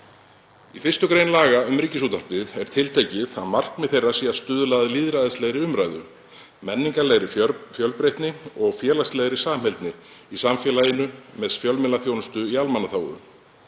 Í 1. gr. laga um Ríkisútvarpið er tiltekið að markmið þeirra sé að stuðla að lýðræðislegri umræðu, menningarlegri fjölbreytni og félagslegri samheldni í samfélaginu með fjölmiðlaþjónustu í almannaþágu.